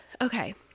Okay